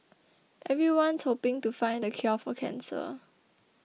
everyone's hoping to find the cure for cancer